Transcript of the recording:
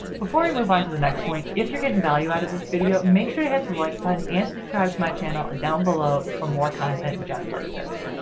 before we move on to the next point, if you're getting value out of this video make sure to hit the like button and subscribe to my channel down below for more content just like this.